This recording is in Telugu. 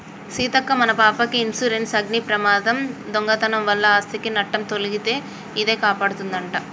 సీతక్క మన పాపకి ఇన్సురెన్సు అగ్ని ప్రమాదం, దొంగతనం వలన ఆస్ధికి నట్టం తొలగితే ఇదే కాపాడదంట